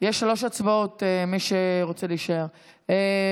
שלוש הצבעות, מי שרוצה להישאר.